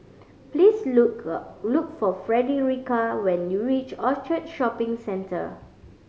please look look for Fredericka when you reach Orchard Shopping Centre